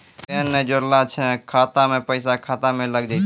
Pan ने जोड़लऽ छै खाता मे पैसा खाता मे लग जयतै?